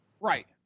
Right